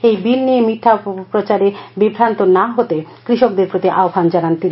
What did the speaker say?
এই বিল নিয়ে মিথ্যা অপপ্রচারে বিভ্রান্ত না হতে কৃষকদের প্রতি আহবান জানান তিনি